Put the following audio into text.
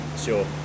Sure